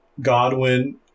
Godwin